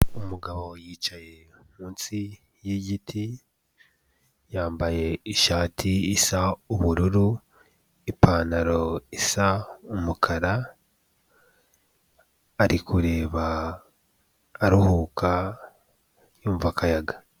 Umugabo yicaye munsi y'igiti, yambaye ishati isa ubururu, ipantaro isa umukara, ari kureba aruhuka yumva akayaga.